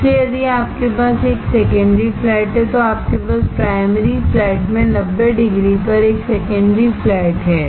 इसलिए यदि आपके पास एक सेकेंडरी फ्लैट है तो आपके पास प्राइमरी फ्लैट में 90 डिग्री पर एक सेकेंडरी फ्लैट है